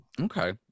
Okay